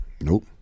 Nope